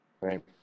right